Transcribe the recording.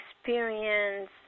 experience